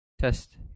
Test